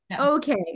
okay